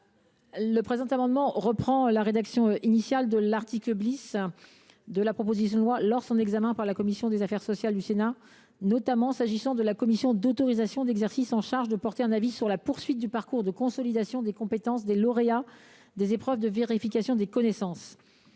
Il s’agit de rétablir la rédaction de l’article 10 de la proposition de loi avant son examen par la commission des affaires sociales du Sénat, notamment pour ce qui est de la commission d’autorisation d’exercice chargée de porter un avis sur la poursuite du parcours de consolidation des compétences des lauréats des épreuves de vérification des connaissances.